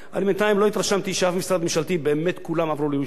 בינתיים לא התרשמתי שבאמת כל המשרדים הממשלתיים עברו לירושלים.